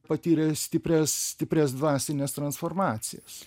patyrė stiprias stiprias dvasines transformacijas